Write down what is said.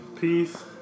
peace